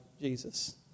Jesus